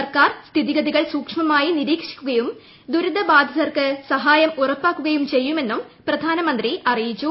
സർക്കാർ സ്ഥിതിഗതികൾ സൂക്ഷ്മ മായി നിരീക്ഷിക്കുകയും ദുരിതബാധിതർക്ക് സഹായം ഉറപ്പാക്കു കയും ചെയ്യുമെന്നും പ്രധാനമന്ത്രി അറിയിച്ചു